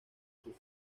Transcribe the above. sus